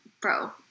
bro